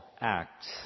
acts